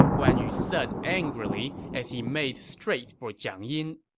guan yu said angrily as he made straight for jiang yin.